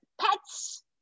pets